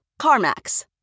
CarMax